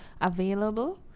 available